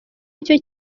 nicyo